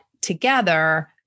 together